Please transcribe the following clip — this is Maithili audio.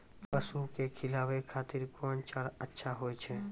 पसु के खिलाबै खातिर कोन चारा अच्छा होय छै?